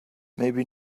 maybe